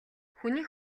хүний